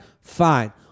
fine